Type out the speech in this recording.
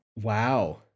Wow